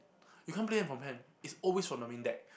you can't play it from hand it's always from the main deck